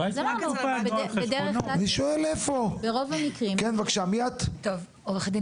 בדרך כלל ברוב המקרים --- עורכת דין